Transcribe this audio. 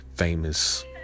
famous